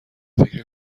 فکر